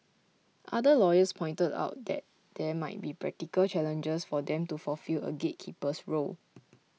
other lawyers pointed out that there might be practical challenges for them to fulfil a gatekeeper's role